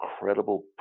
incredible